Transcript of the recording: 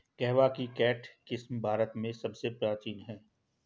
कहवा की केंट किस्म भारत में सबसे प्राचीन है